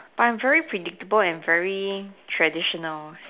but I'm very predictable and very traditional